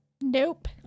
Nope